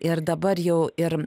ir dabar jau ir